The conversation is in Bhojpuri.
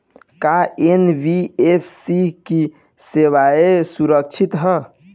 का एन.बी.एफ.सी की सेवायें सुरक्षित है?